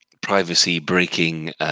privacy-breaking